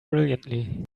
brilliantly